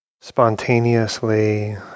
spontaneously